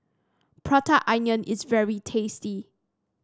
Prata Onion is very tasty